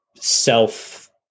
self